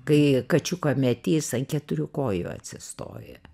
kai kačiuką meti jis ant keturių kojų atsistoja